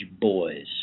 boys